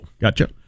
Gotcha